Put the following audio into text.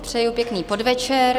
Přeji pěkný podvečer.